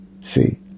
See